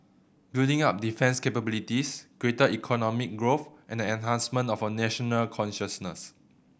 building up defence capabilities greater economic growth and the enhancement of a national consciousness